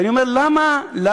ואני אומר, למה?